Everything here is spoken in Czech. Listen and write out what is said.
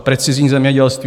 Precizní zemědělství.